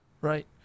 right